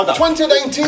2019